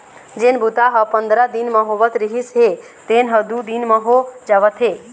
जेन बूता ह पंदरा दिन म होवत रिहिस हे तेन ह दू दिन म हो जावत हे